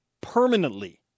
permanently